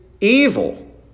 evil